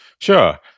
Sure